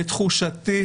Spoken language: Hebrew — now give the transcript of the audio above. לתחושתי",